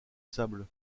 sable